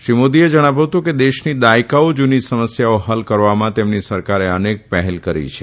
શ્રી મોદીએ જણાવ્યું હતું કે દેશની દાયકાઓ જુની સમસ્યાઓ હલ કરવામાં તેમની સરકારે અનેક પહેલ કરી છે